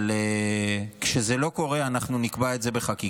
אבל כשזה לא קורה, אנחנו נקבע את זה בחקיקה.